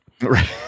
right